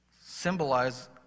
symbolize